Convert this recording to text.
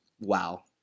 Wow